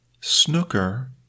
Snooker